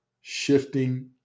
shifting